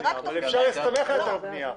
אפשר להסתמך על היתר בנייה.